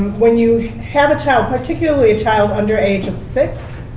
when you have a child, particularly a child under age of six,